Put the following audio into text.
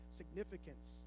significance